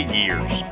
years